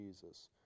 Jesus